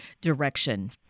direction